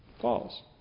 falls